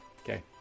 Okay